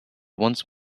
once